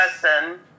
person